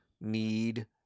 need